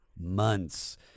months